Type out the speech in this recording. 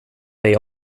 dig